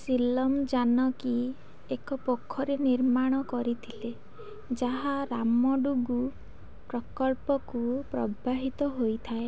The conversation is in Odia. ସୀଲମ ଜାନକୀ ଏକ ପୋଖରୀ ନିର୍ମାଣ କରିଥିଲେ ଯାହା ରାମଡ଼ୁଗୁ ପ୍ରକଳ୍ପକୁ ପ୍ରବାହିତ ହୋଇଥାଏ